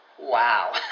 Wow